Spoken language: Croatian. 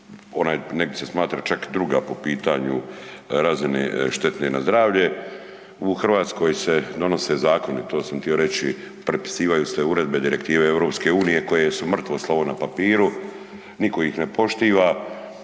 onaj, negdi se smatra čak druga po pitanju razine štetne na zdravlje. U Hrvatskoj se donose zakoni, to sam tio reći, prepisivaju se uredbe, direktive EU koje su mrtvo slovo na papiru, niko ih ne poštiva,